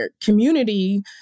community